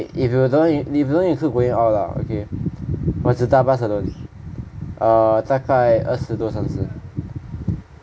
if if you if you don't include going out okay 我只搭 bus alone 大概二十多三十